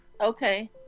Okay